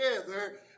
together